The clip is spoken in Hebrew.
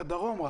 רק בדרום.